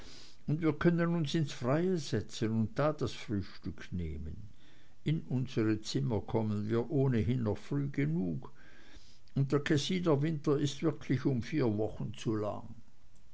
und wir können uns ins freie setzen und da das frühstück nehmen in unsere zimmer kommen wir ohnehin noch früh genug und der kessiner winter ist wirklich um vier wochen zu lang